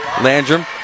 Landrum